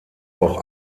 auch